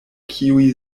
kiuj